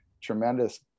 tremendous